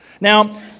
Now